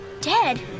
Dead